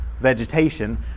vegetation